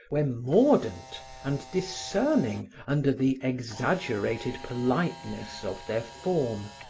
were mordant and discerning under the exaggerated politeness of their form.